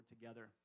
together